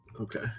Okay